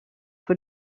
for